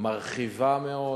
מרחיבה מאוד